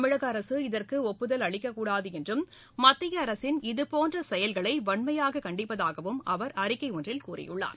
தமிழக அரசு இதற்கு ஒப்புதல் அளிக்கக்கூடாது என்றும் மத்திய அரசின் இதுபோன்ற செயல்களை வன்மையாக கண்டிப்பதாகவும் அவர் அறிக்கை ஒன்றில் கூறியுள்ளார்